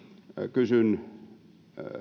kysyn teiltä